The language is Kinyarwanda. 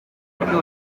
icyo